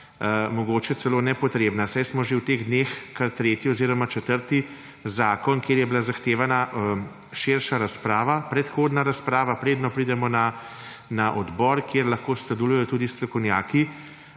mogoče celo nepotrebna, saj je v teh dneh kar tretji oziroma četrti zakon, kjer je bila zahtevana širša predhodna razprava, preden pridemo na odbor, kjer lahko sodelujejo tudi strokovnjaki,